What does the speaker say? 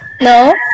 No